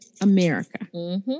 America